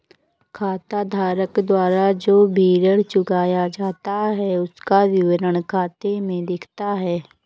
खाताधारक द्वारा जो भी ऋण चुकाया जाता है उसका विवरण खाते में दिखता है